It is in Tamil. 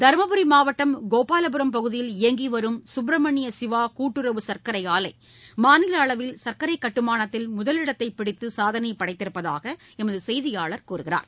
தர்மபுரி மாவட்டம் கோபாலபுரம் பகுதியில் இயங்கி வரும் சுப்பிரமணிய சிவா கூட்டுறவு சர்க்கரை ஆலை மாநில அளவில் சர்க்கரை கட்டுமானத்தில் முதலிடத்தைப் பிடித்து சாதனை பிடித்திருப்பதாக எமது செய்தியாளர் கூறுகிறார்